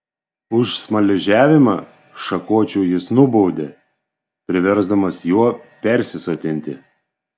už smaližiavimą šakočiu jis nubaudė priversdamas juo persisotinti